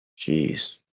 Jeez